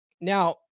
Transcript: Now